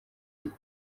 uku